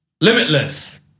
Limitless